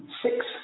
Six